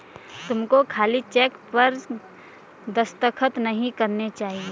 तुमको खाली चेक पर दस्तखत नहीं करने चाहिए